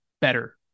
better